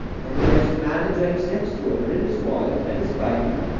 then there's the man that drinks next door, and his wife, and his baby.